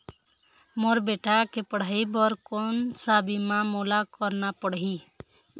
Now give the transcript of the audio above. मोर बेटा के पढ़ई बर कोन सा बीमा मोला करना पढ़ही?